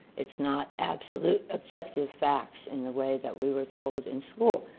it's not absolute objective facts in the way that we were told in school.